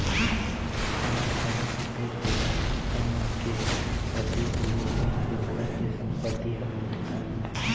हां हवे तो बेटा, पुरखा मन के असीस ले सब पुरखा के संपति हवे बेटा